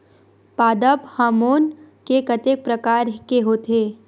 पादप हामोन के कतेक प्रकार के होथे?